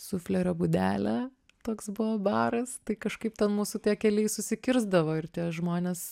suflerio būdelę toks buvo baras tai kažkaip ten mūsų tie keliai susikirsdavo ir tie žmonės